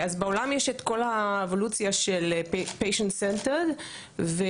בעולם יש את כל האבולוציה של patiet centered והלאה,